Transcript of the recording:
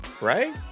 right